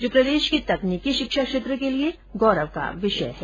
जो प्रदेश के तकनीकी शिक्षा क्षेत्र के लिए गौरव का विषय है